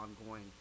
ongoing